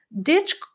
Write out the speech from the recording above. ditch